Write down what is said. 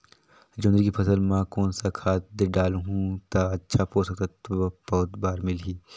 जोंदरी के फसल मां कोन सा खाद डालहु ता अच्छा पोषक तत्व पौध बार मिलही?